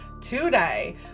Today